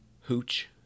Hooch